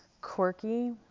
quirky